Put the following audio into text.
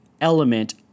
element